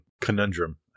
conundrum